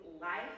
life